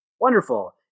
wonderful